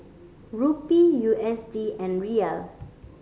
Rupee U S D and Riyal